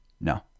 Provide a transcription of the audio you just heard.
No